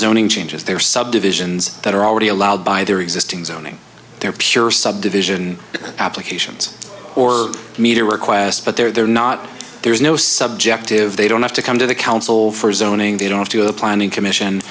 zoning changes their subdivisions that are already allowed by their existing zoning their pure subdivision applications or media requests but they're not there's no subjective they don't have to come to the council for zoning they don't have to the planning commission